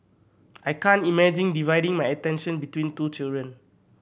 I can't imagine dividing my attention between two children